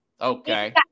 Okay